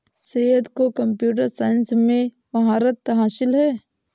सैयद को computer science में महारत हासिल है